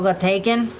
like taken?